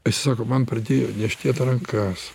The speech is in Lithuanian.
jis sako man pradėjo niežtėt rankas